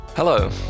Hello